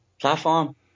platform